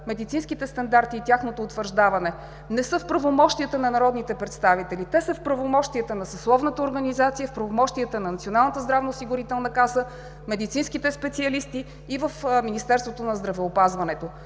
медицинските стандарти и тяхното утвърждаване, не са в правомощията на народните представители. Те са в правомощията на съсловната организация, в правомощията на Националната здравноосигурителна каса, медицинските специалисти и в Министерството на здравеопазването.